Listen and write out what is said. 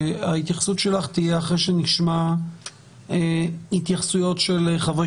שההתייחסות שלך תהיה אחרי שנשמע התייחסויות של חברי